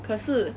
可是